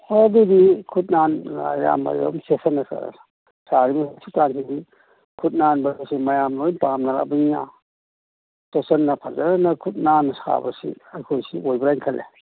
ꯍꯣꯏ ꯑꯗꯨꯗꯤ ꯈꯨꯠ ꯅꯥꯟꯅ ꯑꯌꯥꯝꯕ ꯑꯗꯨꯝ ꯆꯦꯛꯁꯟꯅ ꯈꯨꯠ ꯅꯥꯟꯕꯁꯤ ꯃꯌꯥꯝ ꯂꯣꯏ ꯄꯥꯝꯅꯔꯛꯑꯕꯅꯤꯅ ꯆꯦꯛꯁꯟꯅ ꯐꯖꯅ ꯈꯨꯠ ꯅꯥꯟꯅ ꯁꯥꯕꯁꯤ ꯑꯩꯈꯣꯏꯁꯤ ꯑꯣꯏꯕ꯭ꯔꯥꯏꯅ ꯈꯜꯂꯦ